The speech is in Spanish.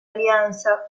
alianza